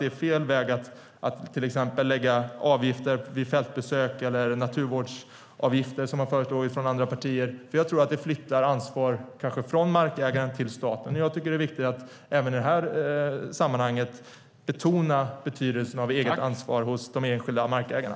Det är fel väg att till exempel ha avgifter vid fältbesök eller naturvårdsavgifter som man föreslår från andra partier. Det flyttar ansvar från markägaren till staten. Det är viktigt att även i det här sammanhanget betona betydelsen av eget ansvar hos de enskilda markägarna.